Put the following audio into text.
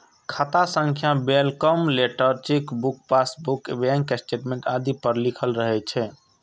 खाता संख्या welcome letter, chequebook, passbook, bank statement आदि पर लिखल रहै छै